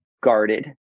guarded